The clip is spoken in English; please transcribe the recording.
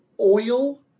oil